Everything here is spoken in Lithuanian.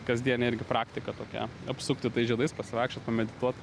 kasdienė irgi praktika tokia apsukti tais žiedais pasivaikščiot pamedituot